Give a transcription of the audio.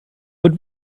but